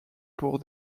pour